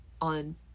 on